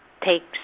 takes